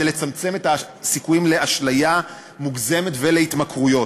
כדי לצמצם את הסיכויים לאשליה מוגזמת ולהתמכרויות.